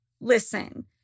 Listen